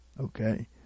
okay